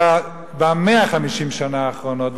אלא ב-150 השנה האחרונות,